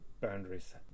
boundaries